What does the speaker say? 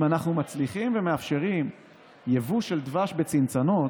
אם אנחנו מצליחים ומאפשרים יבוא של דבש בצנצנות,